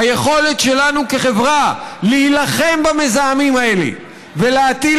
היכולת שלנו כחברה להילחם במזהמים האלה ולהטיל